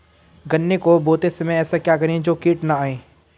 गन्ने को बोते समय ऐसा क्या करें जो कीट न आयें?